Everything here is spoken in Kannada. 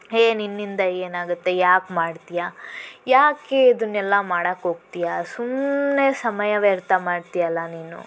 ಹೇ ನಿನ್ನಿಂದ ಏನಾಗತ್ತೆ ಯಾಕೆ ಮಾಡ್ತೀಯ ಯಾಕೆ ಇದನ್ನೆಲ್ಲ ಮಾಡೋಕ್ಕೆ ಹೋಗ್ತೀಯ ಸುಮ್ನೆ ಸಮಯ ವ್ಯರ್ಥ ಮಾಡ್ತೀಯಲ್ಲ ನೀನು